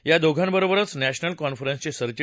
या दोघांबरोबरच नॅशनल कॉन्फान्सचे सरचि